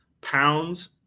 pounds